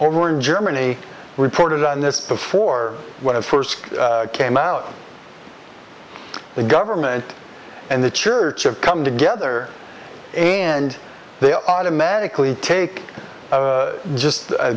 over in germany reported on this before when i first came out the government and the church of come together and they automatically take just